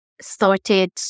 started